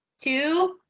two